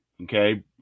Okay